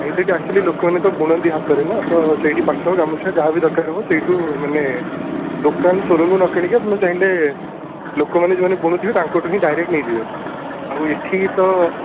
ନାଇଁ ସେଇଠି ଆକଚୁଲି ଲୋକମାନେ ତ ବୁଣନ୍ତି ହାତରେ ନା ତ ସେଇଠି ପାଟ ଗାମୁଛା ଯାହା ବି ଦରକାର ହେବ ସେଇଠୁ ମାନେ ଦୋକାନ ଶୋ ରୁମରୁ ନ କିଣିକି ଆପଣ ଚାହିଁଲେ ଲୋକମାନେ ଯେଉଁମାନେ ବୁଣୁଥିବେ ଆପଣ ତାଙ୍କଠୁ ହିଁ ଡାଇରେକ୍ଟ ନେଇଯିବେ ଆଉ ଏଠି ତ